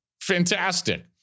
fantastic